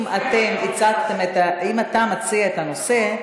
אם אתה מציע את הנושא,